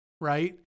right